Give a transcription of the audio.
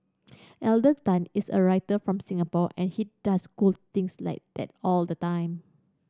Alden Tan is a writer from Singapore and he does cool things like that all the time